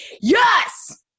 yes